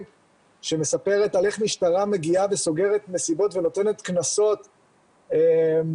שמספרת על איך משטרה מגיעה וסוגרת מסיבות ונותנת קנסות לאנשים.